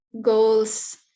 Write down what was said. goals